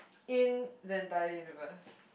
in the entire universe